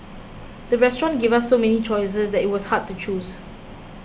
the restaurant gave so many choices that it was hard to choose